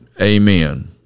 Amen